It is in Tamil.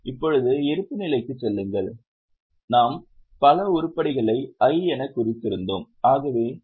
இப்போது இருப்புநிலைக்குச் செல்லுங்கள் நாம் பல உருப்படிகளை I எனக் குறித்திருந்தோம்